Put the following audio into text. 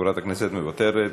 חברת הכנסת, מוותרת.